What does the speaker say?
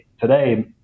today